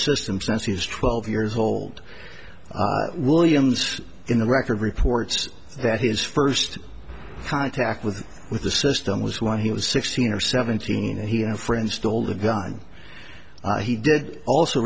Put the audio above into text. system since he was twelve years old williams in the record reports that his first contact with with the system was when he was sixteen or seventeen and he had a friend stole the gun he did also